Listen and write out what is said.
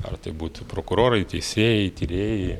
ar tai būtų prokurorai teisėjai tyrėjai